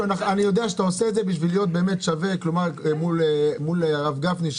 אני יודע שאתה עושה את זה בשביל להיות באמת שווה מול הרב גפני,